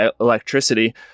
electricity